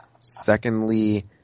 Secondly